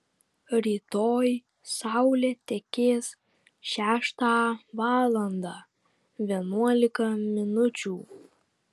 rytoj saulė tekės šeštą valandą vienuolika minučių